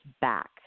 back